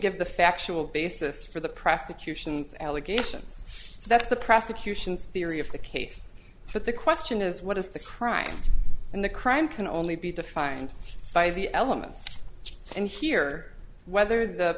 give the factual basis for the prosecution allegations so that's the prosecution's theory of the case but the question is what is the crime and the crime can only be defined by the elements and here whether the